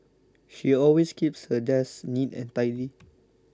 she always keeps her desk neat and tidy